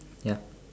ya